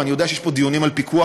ואני יודע שיש פה דיונים על פיקוח,